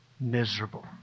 miserable